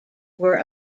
were